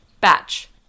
Batch